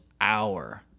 hour